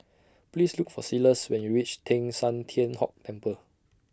Please Look For Silas when YOU REACH Teng San Tian Hock Temple